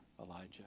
Elijah